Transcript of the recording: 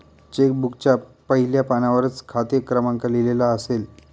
check बुकच्या पहिल्या पानावरच खाते क्रमांक लिहिलेला असेल